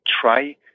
try